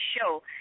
show